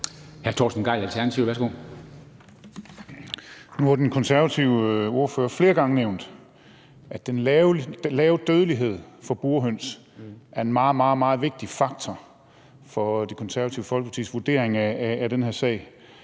Nu har den konservative ordfører flere gange nævnt, at den lave dødelighed for burhøns er en meget, meget vigtig faktor for Det Konservative Folkepartis vurdering af den her sag,